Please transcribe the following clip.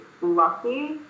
lucky